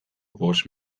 bost